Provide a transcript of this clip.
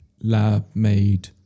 lab-made